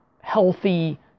healthy